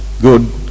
good